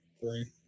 Three